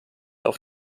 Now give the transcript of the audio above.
auf